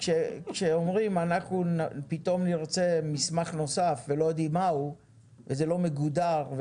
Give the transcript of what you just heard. כשאומרים אנחנו פתאום נרצה מסמך נוסף ולא יודעים מהו וזה מגודר,